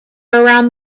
around